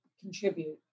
contribute